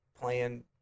playing